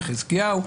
חזקיהו,